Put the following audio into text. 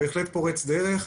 בהחלט פורץ דרך,